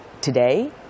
Today